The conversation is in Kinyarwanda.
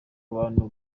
abantu